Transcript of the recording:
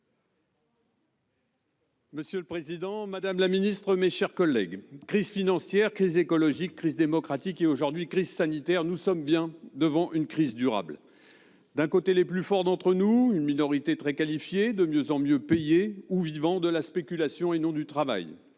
Monsieur le président, madame la secrétaire d'État, mes chers collègues, crise financière, crise écologique, crise démocratique et aujourd'hui crise sanitaire : nous sommes bien devant une crise durable. D'un côté, les plus forts d'entre entre nous, une minorité très qualifiée, de mieux en mieux payée ou vivant de la spéculation et non du travail